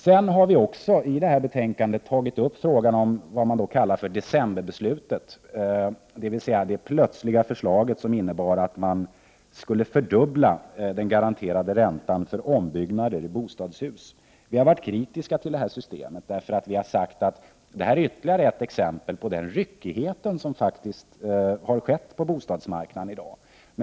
Vi har i detta betänkande också tagit upp frågan om vad man kallar decemberbeslutet, dvs. det plötsligt framlagda förslaget som innebar att man skulle fördubbla den garanterade räntan för lån till ombyggnader av bostadshus. Vi har varit kritiska till detta system, eftersom vi anser att det är ytterligare ett exempel på den ryckighet som faktiskt råder på bostadsmarknaden i dag.